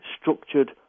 structured